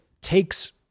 takes